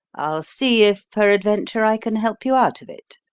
i'll see if peradventure i can help you out of it.